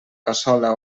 cassola